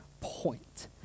point